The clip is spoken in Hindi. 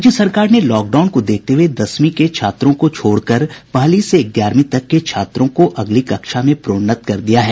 राज्य सरकार ने लॉक डाउन को देखते हुए दसवीं के छात्रों को छोड़कर पहली से ग्यारहवीं तक के छात्रों को अगली कक्षा में प्रोन्नत कर दिया है